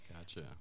Gotcha